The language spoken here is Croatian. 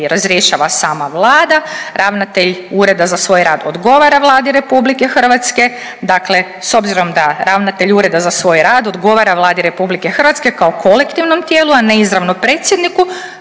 razrješava sama Vlada. Ravnatelj ureda za svoj rad odgovara Vladi RH. Dakle, s obzirom da ravnatelj ureda za svoj rad odgovara Vladi RH kao kolektivnom tijelu, a ne izravno predsjedniku